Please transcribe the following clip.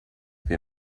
wir